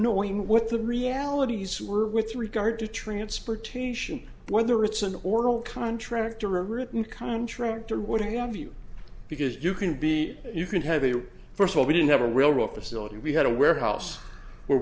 knowing what the realities were with regard to transportation whether it's an oral contract or a written contract or what have you because you can be you can have a first of all we didn't have a railroad facility we had a warehouse where